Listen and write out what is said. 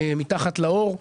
מתחת לעור.